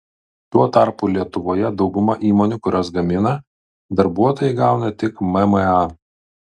tuo tarpu lietuvoje dauguma įmonių kurios gamina darbuotojai gauna tik mma